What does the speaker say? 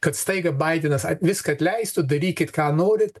kad staiga baidenas viską atleistų darykit ką norit